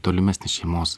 tolimesnės šeimos